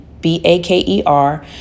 B-A-K-E-R